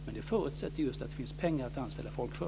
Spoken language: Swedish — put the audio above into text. Men det förutsätter just att det finns pengar att anställa folk för.